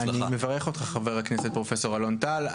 אני מברך אותך, חבר הכנסת פרופ' אלון טל.